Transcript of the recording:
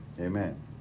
Amen